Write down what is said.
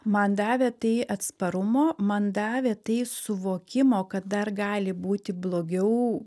man davė tai atsparumo man davė tai suvokimo kad dar gali būti blogiau